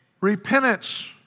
Repentance